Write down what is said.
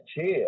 chill